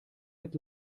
mit